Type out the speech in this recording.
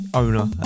owner